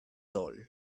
tall